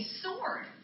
sword